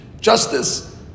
justice